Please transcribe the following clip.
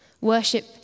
Worship